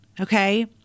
Okay